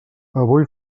avui